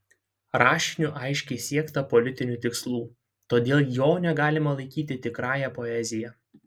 rašiniu aiškiai siekta politinių tikslų todėl jo negalima laikyti tikrąja poezija